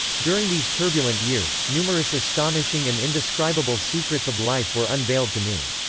during these turbulent years, numerous astonishing and indescribable secrets of life were unveiled to me.